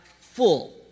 full